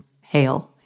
hail